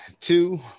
two